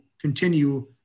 continue